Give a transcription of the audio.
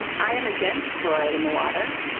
um i am against fluoride in the water.